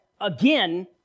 again